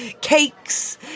Cakes